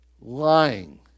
lying